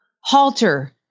halter